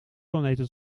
planeten